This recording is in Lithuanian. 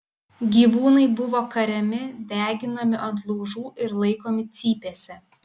gyvūnai buvo kariami deginami ant laužų ir laikomi cypėse